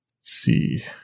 see